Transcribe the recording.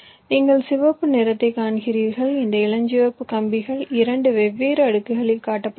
நீங்கள் சிவப்பு நிறத்தைக் காண்கிறீர்கள் இந்த இளஞ்சிவப்பு கம்பிகள் இரண்டு வெவ்வேறு அடுக்குகளில் காட்டப்பட்டுள்ளன